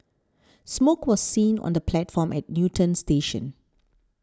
smoke was seen on the platform at Newton station